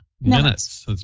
minutes